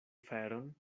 feron